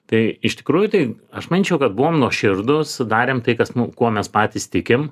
tai iš tikrųjų tai aš manyčiau kad buvom nuoširdūs sudarėm tai kas mums kuo mes patys tikim